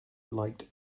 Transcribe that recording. liked